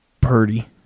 Purdy